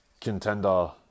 contender